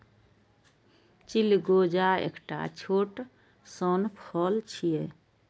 चिलगोजा एकटा छोट सन फल छियै